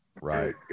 right